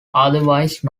otherwise